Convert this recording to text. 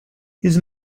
his